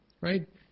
right